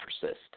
persist